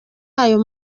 ayo